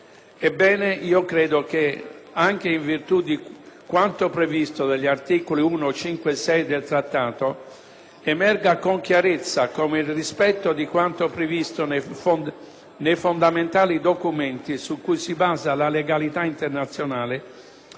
Ebbene, io credo che, anche in virtù di quanto stabilito dagli articoli 1, 5 e 6 del Trattato, emerga con chiarezza come il rispetto di quanto previsto nei fondamentali documenti su cui si basa la legalità internazionale